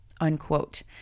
unquote